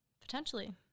Potentially